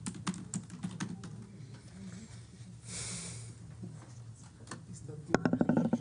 נדחו ההסתייגויות.